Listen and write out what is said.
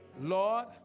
Lord